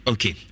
Okay